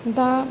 दा